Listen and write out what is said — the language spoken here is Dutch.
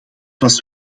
was